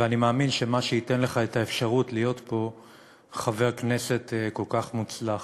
ומה שאני מאמין שייתן לך את האפשרות להיות פה חבר כנסת כל כך מוצלח.